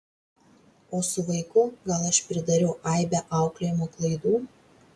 o su vaiku gal aš pridariau aibę auklėjimo klaidų